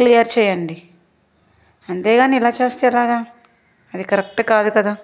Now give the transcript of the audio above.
clear చేయండి అంతే కానీ ఇలా చేస్తే ఎలాగా అది కరెక్ట్ కాదు కదా